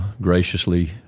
graciously